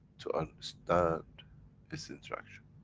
to understand this interaction.